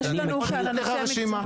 אני יכול לתת לך רשימה.